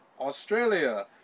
Australia